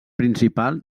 principal